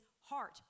heart